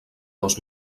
dos